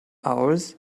hours